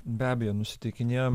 be abejo nusitikinėjom